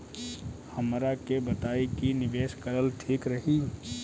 हमरा के बताई की निवेश करल ठीक रही?